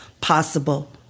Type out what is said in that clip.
possible